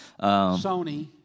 Sony